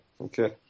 Okay